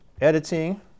editing